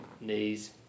knees